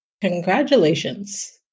Congratulations